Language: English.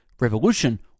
revolution